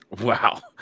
Wow